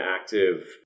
active